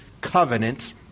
covenant